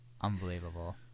Unbelievable